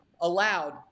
allowed